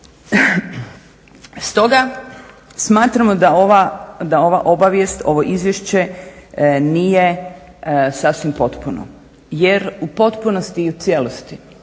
Stoga smatramo da ova obavijest, ovo izvješće nije sasvim potpuno jer u potpunosti i u cijelosti